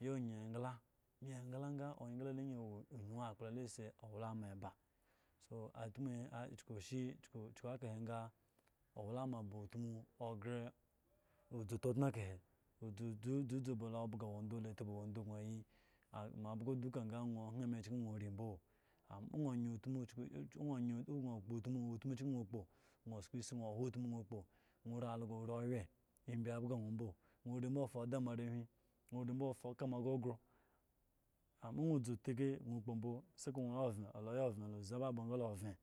Ye nyim egla egla sa la wo wnu akplo san asi owalama ba so kyukushi kyuku kyuku eka he sa owalama ba utmu agre odzu tutum ka hi dzu dzu ba la atpo wado sno ayi ambgo l duka sa nwo hen eme kyen gno ori mbo amma owo gno onyin osku utmu kyen gno okpo nwo ori also ori hre embi bo egbo nwo mbo nwo ari algo ba fada moa are hwi ori mbo fa kamo goyon nwo dzu teke gno okpo mbo sai ko nwo ya vyen la yya vye lo ye zi zbaba sa la vye